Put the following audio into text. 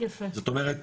זאת אומרת,